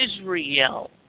Israel